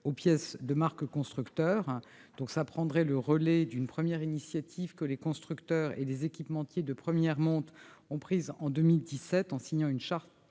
aux pièces de marque constructeur. Ces mesures prendraient le relais d'une première initiative que les constructeurs et les équipementiers de première monte ont prise en 2017 en signant une charte